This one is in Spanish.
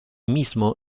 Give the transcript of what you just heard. mismo